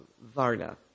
varna